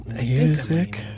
Music